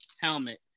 Helmet